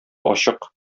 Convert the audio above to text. ачык